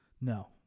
no